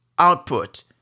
Output